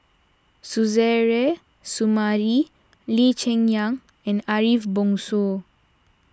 Suzairhe Sumari Lee Cheng Yan and Ariff Bongso